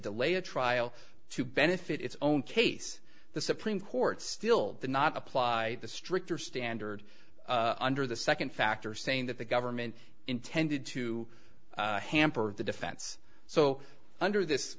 delay a trial to benefit its own case the supreme court still did not apply the stricter standard under the second factor saying that the government intended to hamper the defense so under this